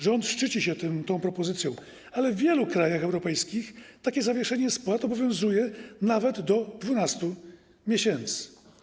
Rząd szczyci się tą propozycją, ale w wielu krajach europejskich takie zawieszenie spłat obowiązuje nawet do 12 miesięcy.